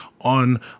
On